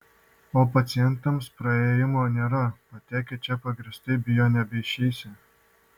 o pacientams praėjimo nėra patekę čia pagrįstai bijo nebeišeisią